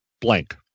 blank